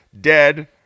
dead